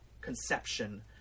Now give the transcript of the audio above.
conception